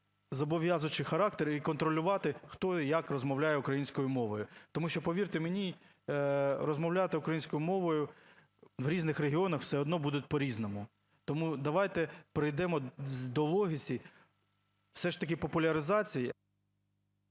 зобов'язуючий характер і контролювати, хто і як розмовляє українською мовою. Тому що, повірте мені, розмовляти українською мовою в різних регіонах все одно будуть по-різному. Тому давайте прийдемо до логіки все ж таки популяризації…